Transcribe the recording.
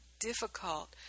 difficult